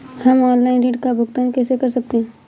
हम ऑनलाइन ऋण का भुगतान कैसे कर सकते हैं?